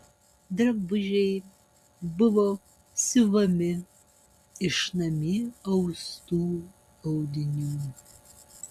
drabužiai buvo siuvami iš namie austų audinių